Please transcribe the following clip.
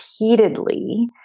repeatedly